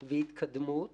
הבנה והתקדמות